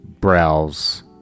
browse